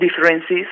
Differences